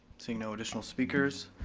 seeing no additional speakers.